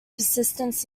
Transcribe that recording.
persistence